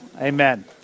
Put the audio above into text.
Amen